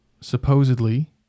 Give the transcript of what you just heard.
supposedly